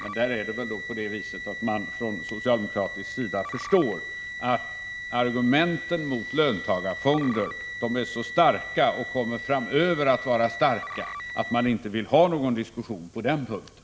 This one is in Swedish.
Det beror väl på att man på socialdemokratisk sida förstår att argumenten mot löntagarfonderna är så starka och även framöver kommer att vara så starka att socialdemokraterna inte vill ha någon diskussion på den punkten.